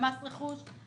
במס רכוש,